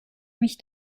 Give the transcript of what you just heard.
mich